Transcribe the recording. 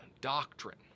doctrine